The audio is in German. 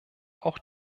auch